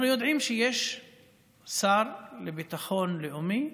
אנחנו יודעים שיש שר לביטחון לאומי,